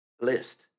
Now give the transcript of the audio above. list